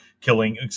killing